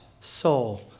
soul